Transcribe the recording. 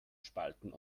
spalten